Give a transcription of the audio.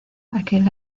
aquel